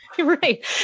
right